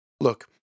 Look